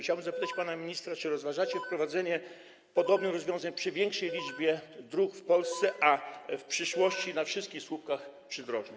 Chciałbym zapytać pana ministra: Czy rozważacie wprowadzenie podobnych rozwiązań przy większej liczbie dróg w Polsce, a w przyszłości na wszystkich słupkach przydrożnych?